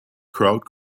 crowd